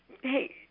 Hey